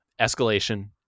escalation